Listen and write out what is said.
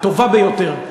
הטובה ביותר.